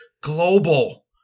global